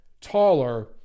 taller